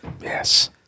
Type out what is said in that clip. Yes